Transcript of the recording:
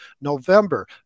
november